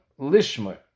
lishmer